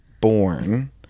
born